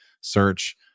search